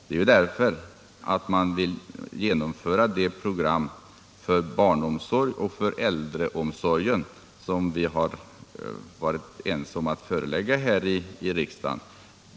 Det är ju därför att man vill genomföra det program för barnomsorg och äldreomsorg som vi har varit eniga om här i riksdagen.